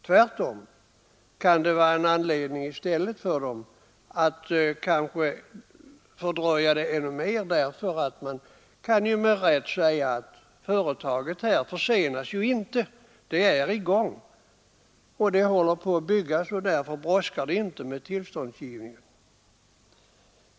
Tvärtom kan den kanske vara en anledning för dem att fördröja handläggningen ännu mer. De kan ju med rätta säga att företaget inte försenas. Det håller på att byggas, och därför brådskar det inte med tillståndsgivningen.